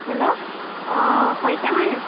hello অঁ শইকীয়া হয়নে